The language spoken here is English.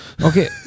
Okay